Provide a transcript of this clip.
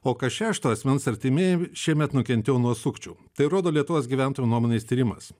o kas šešto asmens artimieji šiemet nukentėjo nuo sukčių tai rodo lietuvos gyventojų nuomonės tyrimas